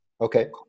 Okay